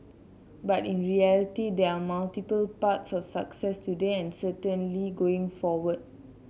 but in reality there are multiple paths of success today and certainly going forward